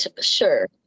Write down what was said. sure